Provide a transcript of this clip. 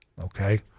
Okay